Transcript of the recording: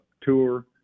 tour